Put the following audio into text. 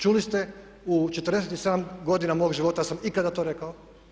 Čuli ste, u 47 godina mog života da sam ikada to rekao?